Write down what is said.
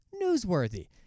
newsworthy